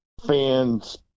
fans